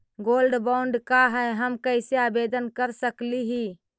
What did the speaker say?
Gold bond का है, हम कैसे आवेदन कर सकली ही?